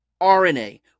RNA